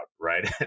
right